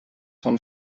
vom